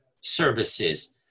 services